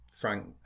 Frank